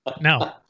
No